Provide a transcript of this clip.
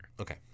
Okay